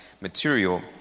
material